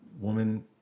woman